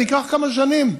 זה ייקח כמה שנים,